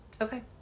Okay